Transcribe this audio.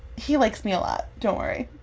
he likes me a lot, don't worry